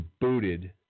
booted